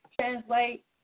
Translate